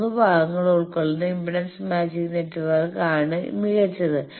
മൂന്ന് ഭാഗങ്ങൾ ഉൾക്കൊള്ളുന്ന ഇംപെഡൻസ് മാച്ചിങ് നെറ്റ്വർക്ക് ആണ് മികച്ചത്